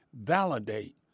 validate